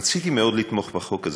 רציתי מאוד לתמוך בחוק הזה,